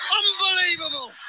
unbelievable